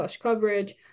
coverage